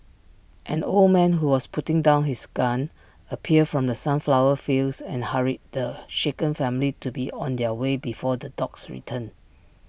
an old man who was putting down his gun appeared from the sunflower fields and hurried the shaken family to be on their way before the dogs return